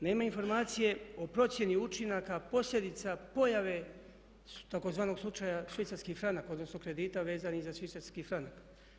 Nema informacije o procjeni učinaka posljedica pojave tzv. slučaja švicarski franak odnosno kredita vezanih za švicarski franak.